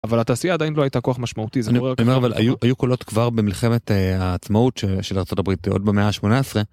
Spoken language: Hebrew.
אבל התעשייה עדיין לא הייתה כוח משמעותי אני אומר אבל היו קולות כבר במלחמת העצמאות של ארה״ב עוד במאה ה-18.